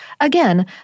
again